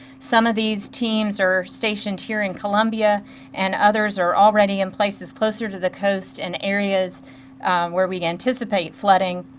some of these teams are stationed here in columbia and others are already in place is closer to the coast in areas where we anticipate flooding.